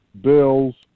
Bills